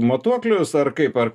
matuoklius ar kaip ar